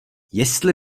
jestli